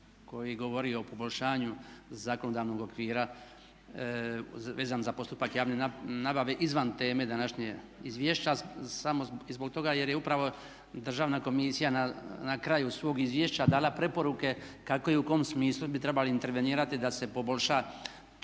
koji govori o poboljšanju zakonodavnog okvira vezano za postupak javne nabave izvan teme današnjeg izvješća samo zbog toga jer je upravo Državna komisija na kraju svog izvješća dala preporuke kako i u kom smislu bi trebali intervenirati da se poboljša čitavi